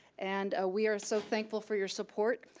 and we are so thankful for your support.